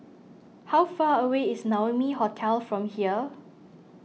how far away is Naumi Hotel from here